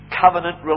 covenant